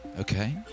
Okay